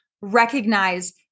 recognize